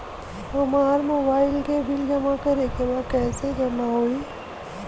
हमार मोबाइल के बिल जमा करे बा कैसे जमा होई?